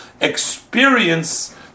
experience